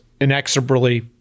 inexorably